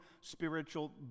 spiritual